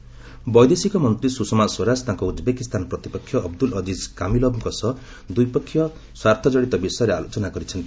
Swaraj visit ବୈଦେଶିକ ମନ୍ତ୍ରୀ ସ୍ୱଷମା ସ୍ୱରାଜ ତାଙ୍କ ଉଜ୍ବେକିସ୍ତାନ ପ୍ରତିପକ୍ଷ ଅବ୍ଦୁଲ୍ ଅଜିକ୍ କାମିଲଭ୍ଙ୍କ ସହ ଦ୍ୱିପକ୍ଷୀୟ ସ୍ୱାର୍ଥଜଡ଼ିତ ବିଷୟରେ ଆଲୋଚନା କରିଛନ୍ତି